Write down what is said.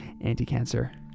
anti-cancer